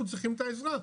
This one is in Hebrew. אנחנו צריכים את העזרה,